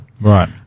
Right